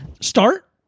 start